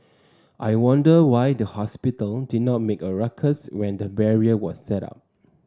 I wonder why the hospital did not make a ruckus when the barrier was set up